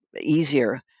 easier